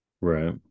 right